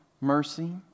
mercy